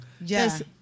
Yes